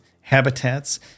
habitats